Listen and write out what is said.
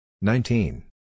nineteen